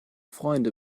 freunde